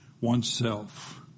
oneself